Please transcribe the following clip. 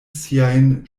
siajn